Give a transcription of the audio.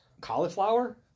Cauliflower